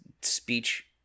speech